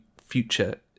future